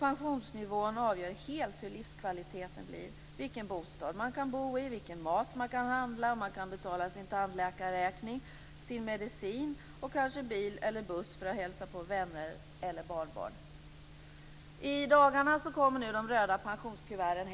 Pensionsnivån avgör helt hur livskvaliteten blir, vilken bostad man kan bo i, vilken mat man kan handla, om man kan betala sin tandläkarräkning, sin medicin och kanske bil eller buss för att hälsa på vänner eller barnbarn. I dagarna kommer de röda pensionskuverten.